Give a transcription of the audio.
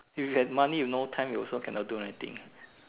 if you have money you no time also cannot do anything